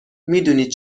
میدونی